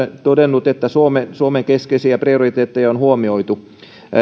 todennut että suomen suomen keskeisiä prioriteetteja on huomioitu